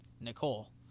Nicole